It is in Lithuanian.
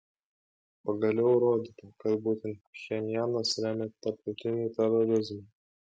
pagaliau įrodyta kad būtent pchenjanas remia tarptautinį terorizmą